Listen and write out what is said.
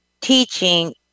teaching